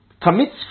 Commits